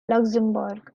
luxembourg